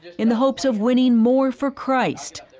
in the hope of winning more for christ.